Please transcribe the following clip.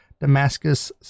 Damascus